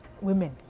women